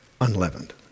unleavened